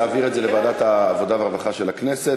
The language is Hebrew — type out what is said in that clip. להעביר את זה לוועדת העבודה והרווחה של הכנסת.